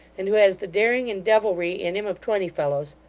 and who has the daring and devilry in him of twenty fellows.